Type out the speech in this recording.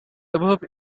above